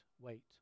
wait